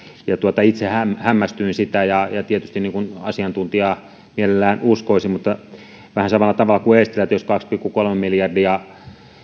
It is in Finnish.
ja itse hämmästyin sitä tietysti asiantuntijaa mielellään uskoisin mutta ajattelen vähän samalla tavalla kuin eestilä että jos kaksi pilkku kolme miljardia